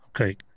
okay